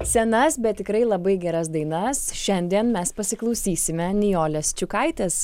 senas bet tikrai labai geras dainas šiandien mes pasiklausysime nijolės ščiukaitės